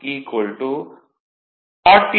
620